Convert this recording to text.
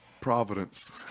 Providence